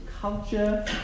culture